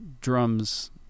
drums